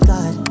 God